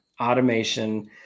automation